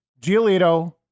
Giolito